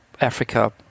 Africa